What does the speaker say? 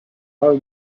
home